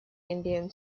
indian